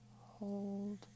hold